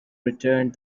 returned